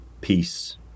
peace